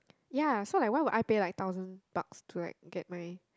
ya so like why would I pay thousand dogs to get marry